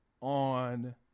on